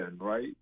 right